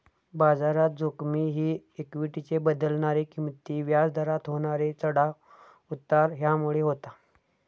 बाजारात जोखिम ही इक्वीटीचे बदलणारे किंमती, व्याज दरात होणारे चढाव उतार ह्यामुळे होता